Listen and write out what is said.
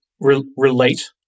relate